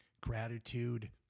gratitude